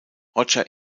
roger